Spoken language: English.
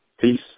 Peace